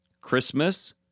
Christmas